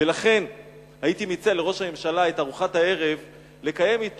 ולכן הייתי מציע לראש הממשלה את ארוחת הערב אתו